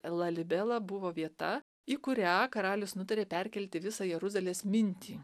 lalibela buvo vieta į kurią karalius nutarė perkelti visą jeruzalės mintį